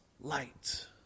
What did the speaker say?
light